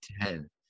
ten